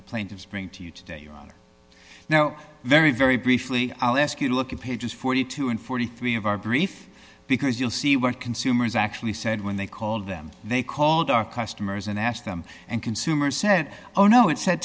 the plaintiffs bring to you today your honor now very very briefly i'll ask you to look at pages forty two and forty three of our brief because you'll see what consumers actually said when they called them they called our customers and asked them and consumers said oh no it said